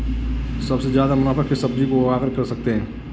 सबसे ज्यादा मुनाफा किस सब्जी को उगाकर कर सकते हैं?